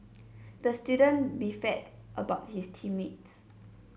the student about his team mates